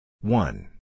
One